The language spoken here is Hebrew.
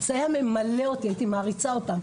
זה היה ממלא אותי והפך אותי למעריצה שלהם,